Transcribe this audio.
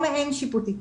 או מעין שיפוטי.